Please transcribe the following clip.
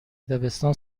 دبستان